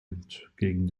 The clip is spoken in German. entgegen